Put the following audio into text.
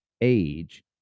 age